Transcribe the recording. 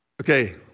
Okay